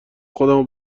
خودمو